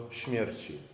śmierci